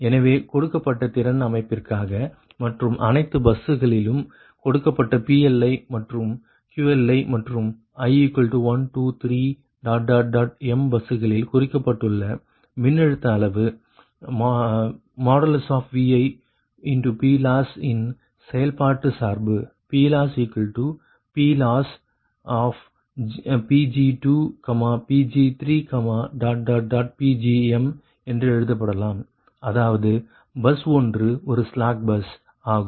எனவே கொடுக்கப்பட்ட திறன் அமைப்பிற்க்காக மற்றும் அனைத்து பஸ்களிலும் கொடுக்கப்பட்ட PLi மற்றும் QLi மற்றும் i 1 2 3m பஸ்களில் குறிக்கப்பட்டுள்ள மின்னழுத்த அளவு Vi PLoss இன் செயல்பாட்டு சார்பு PLossPLossPg2Pg3Pgm என்று எழுதப்படலாம் அதாவது பஸ் ஒன்று ஒரு ஸ்லாக் பஸ் ஆகும்